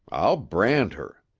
i'll brand her.